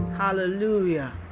Hallelujah